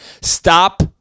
Stop